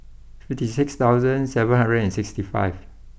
fifty six thousand seven hundred and sixty five